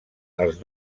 els